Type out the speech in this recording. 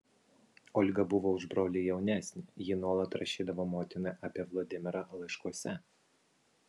olga buvo už brolį jaunesnė ji nuolat rašydavo motinai apie vladimirą laiškuose